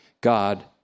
God